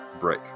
break